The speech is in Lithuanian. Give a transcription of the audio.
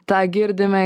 tą girdime